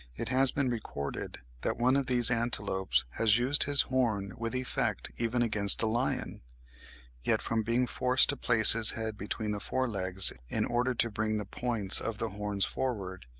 it has been recorded that one of these antelopes has used his horn with effect even against a lion yet from being forced to place his head between the forelegs in order to bring the points of the horns forward,